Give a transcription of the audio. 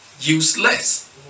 Useless